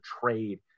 trade